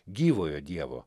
gyvojo dievo